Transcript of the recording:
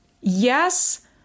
yes